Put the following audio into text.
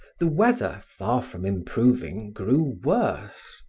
the weather, far from improving, grew worse.